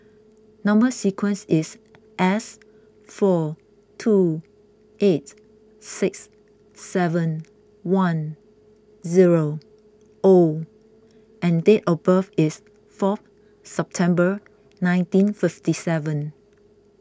Number Sequence is S four two eight six seven one zero O and date of birth is four September nineteen fifty seven